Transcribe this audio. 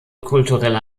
kulturelle